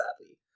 sadly